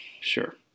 sure